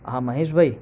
હા મહેશભાઈ